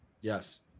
Yes